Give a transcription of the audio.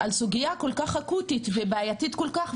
על סוגייה כל כך אקוטית ובעייתית כל כך,